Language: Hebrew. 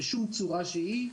בשום צורה שהיא.